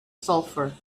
sulfur